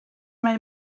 mae